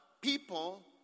people